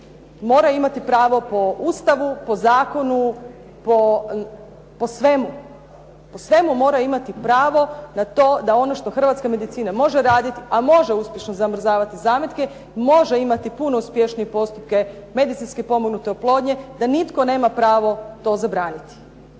moraju imati pravo po Ustavu, po zakonu, po svemu. Po svemu moraju imati pravo na to da ono što hrvatska medicina može raditi, a može uspješno zamrzavati zametke, može imati puno uspješnije postupke medicinski pomognute oplodnje, da nitko nema pravo to zabraniti.